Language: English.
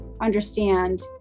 understand